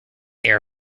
air